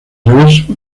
reverso